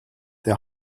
der